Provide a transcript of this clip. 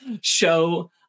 show